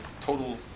total